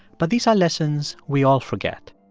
but these are lessons we all forget.